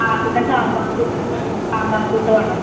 ആ പിന്നെ സാമ്പാർക്കൂട്ട് സാമ്പാർക്കൂട്ട് വേണം